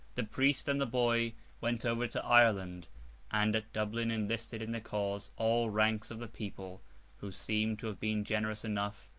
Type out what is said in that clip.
the priest and the boy went over to ireland and, at dublin, enlisted in their cause all ranks of the people who seem to have been generous enough,